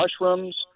mushrooms